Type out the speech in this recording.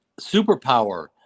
superpower